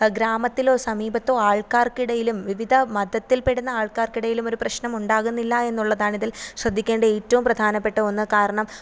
ഗ്രാമത്തിലോ സമീപത്തോ ആൾക്കാർക്ക് ഇടയിലും വിവിധ മതത്തിൽ പെടുന്ന ആൾക്കാർക്ക് ഇടയിലും ഒരു പ്രശ്നം ഉണ്ടാകുന്നില്ല എന്നുള്ളതാണ് ഇതിൽ ശ്രദ്ധിക്കേണ്ട ഏറ്റവും പ്രധാനപ്പെട്ട ഒന്ന് കാരണം